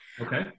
Okay